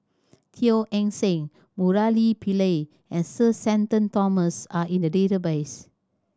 Teo Eng Seng Murali Pillai and Sir Shenton Thomas are in the database